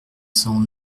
cent